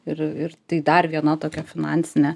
ir ir tai dar viena tokia finansinė